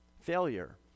failure